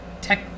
Tech